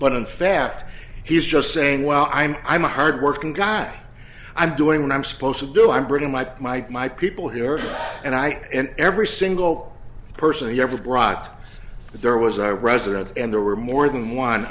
but in fact he's just saying well i'm i'm a hard working guy i'm doing what i'm supposed to do i'm bringing mike mike my people here and i and every single person he ever brought there was a resident and there were more than one